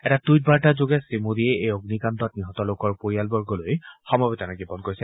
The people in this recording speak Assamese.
এটা টুইটবাৰ্তাযোগে শ্ৰীমোদীয়ে এই অগ্নিকাণ্ডত নিহত লোকৰ পৰিয়ালবৰ্গলৈ সমবেদনা জ্ঞাপন কৰিছে